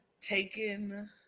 taken